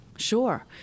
sure